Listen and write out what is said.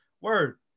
word